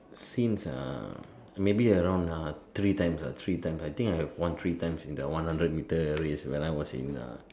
since uh maybe around ah three times ah three times I think I've won three times in the hundred metre race when I was in uh